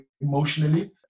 emotionally